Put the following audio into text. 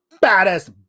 baddest